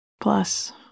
plus